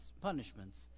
punishments